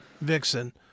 Vixen